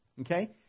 okay